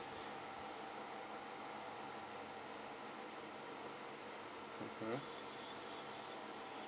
mmhmm